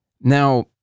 Now